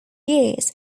years